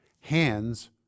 Hands